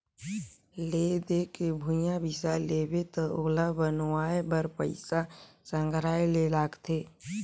ले दे के भूंइया बिसा लेबे त ओला बनवाए बर पइसा संघराये ले लागथे